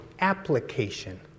application